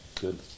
Good